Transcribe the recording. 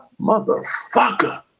Motherfucker